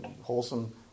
wholesome